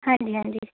ਹਾਂਜੀ ਹਾਂਜੀ